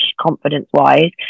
confidence-wise